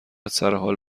سرحال